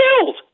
killed